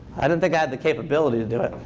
i didn't think i had the capability to do it.